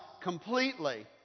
completely